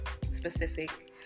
specific